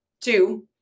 Two